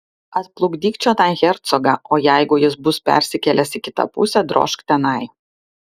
atplukdyk čionai hercogą o jeigu jis bus persikėlęs į kitą pusę drožk tenai